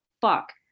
fuck